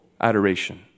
adoration